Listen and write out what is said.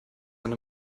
eine